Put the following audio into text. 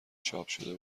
چاپشده